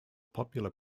popular